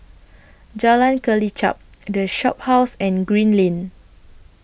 Jalan Kelichap The Shophouse and Green Lane